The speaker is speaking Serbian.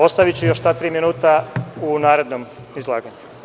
Ostaviću još ta tri minuta u narednom izlaganju.